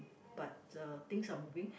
but uh things are moving